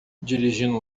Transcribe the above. dirigindo